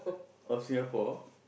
of Singapore